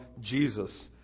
Jesus